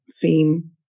theme